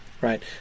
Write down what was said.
right